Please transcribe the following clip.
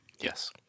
Yes